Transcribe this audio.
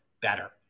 better